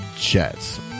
Jets